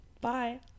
bye